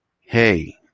hey